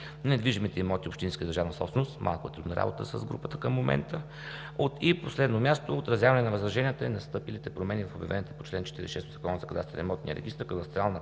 недвижимите имоти общинска държавна собственост – малко е трудна работата с групата към момента, и на последно място: - Отразяване на възраженията и настъпилите промени в обявената по чл. 46 от Закона за кадастъра и имотния регистър